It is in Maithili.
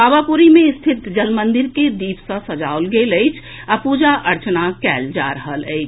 पावापुरी मे स्थित जल मंदिर के दीप सँ सजाओल गेल अछि आ पूजा अर्चना कयल जा रहल अछि